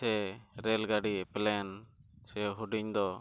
ᱥᱮ ᱨᱮᱹᱞ ᱜᱟᱹᱰᱤ ᱥᱮ ᱦᱩᱰᱤᱧ ᱫᱚ